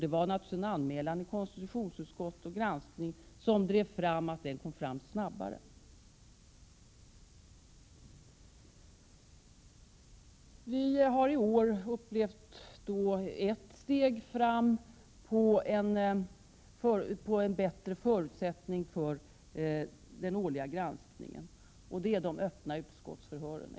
Det var naturligtvis en anmälan till och granskning i konstitutionsutskottet som drev fram att detta skedde snabbare. Vi har i år tagit ett steg framåt mot bättre förutsättningar för den årliga granskningen. Jag tänker på de öppna utskottsförhören.